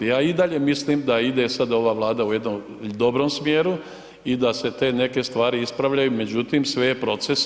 A i dalje mislim da ide sada ova Vlada u jednom dobrom smjeru i da se te neke stvari ispravljaju, međutim sve je proces.